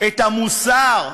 את המוסר?